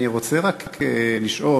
אני רוצה רק לשאול: